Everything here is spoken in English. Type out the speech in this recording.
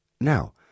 Now